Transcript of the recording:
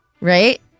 Right